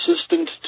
assistant